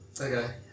Okay